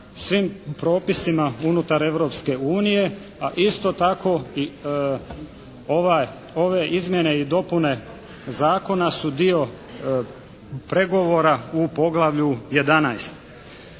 svim propisima unutar Europske unije. A isto tako ove izmjene i dopune zakona su dio pregovora u poglavlju XI.